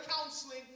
counseling